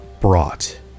brought